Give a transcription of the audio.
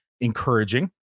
encouraging